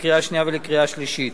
לקריאה שנייה וקריאה שלישית.